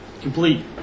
complete